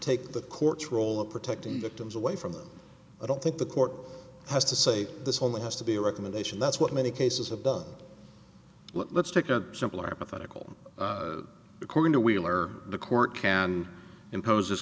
take the court's role of protecting victims away from them i don't think the court has to say this only has to be a recommendation that's what many cases of the let's take a simpler pathetic role according to wheeler the court can impose this